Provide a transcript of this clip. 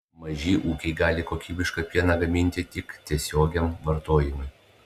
maži ūkiai gali kokybišką pieną gaminti tik tiesiogiam vartojimui